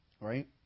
right